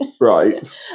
right